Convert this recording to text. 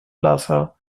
plaza